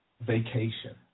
vacation